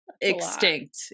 extinct